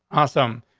awesome.